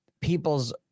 people's –